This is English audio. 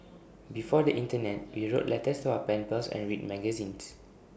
before the Internet we wrote letters to our pen pals and read magazines